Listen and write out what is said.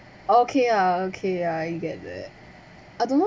okay ah okay ah I get that I don't know